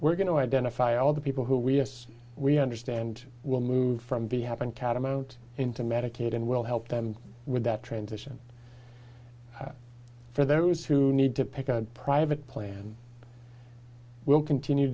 we're going to identify all the people who we as we understand will move from the happen catamount into medicaid and we'll help them with that transition for those who need to pick a private plan will continue